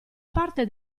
parte